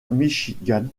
michigan